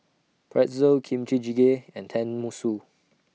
Pretzel Kimchi Jjigae and Tenmusu